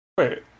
Wait